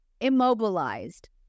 immobilized